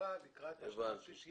כהערה לקראת הקריאה השנייה והשלישית.